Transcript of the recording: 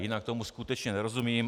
Jinak tomu skutečně nerozumím.